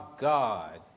God